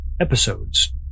episodes